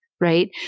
right